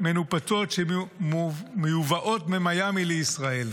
מונפצות, שמיובאות ממיאמי לישראל.